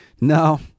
no